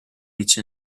each